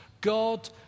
God